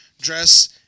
dress